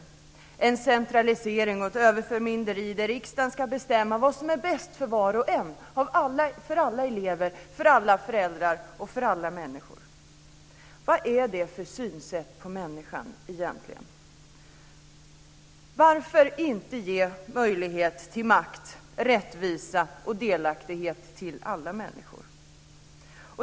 Det handlar om en centralisering och ett överförmynderi där riksdagen ska bestämma vad som är bäst för var och en, för alla elever och föräldrar och för alla människor. Vad är det för synsätt på människan egentligen? Varför inte ge möjlighet till makt, rättvisa och delaktighet till alla människor?